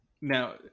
Now